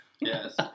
Yes